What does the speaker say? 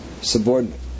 subordinate